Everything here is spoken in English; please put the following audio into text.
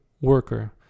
worker